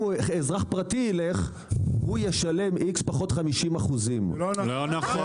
אם אזרח פרטי יילך הוא ישלם X פחות 50%. זה לא נכון.